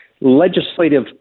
legislative